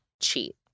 cheat